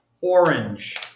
orange